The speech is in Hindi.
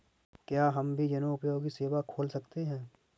क्या हम भी जनोपयोगी सेवा खोल सकते हैं?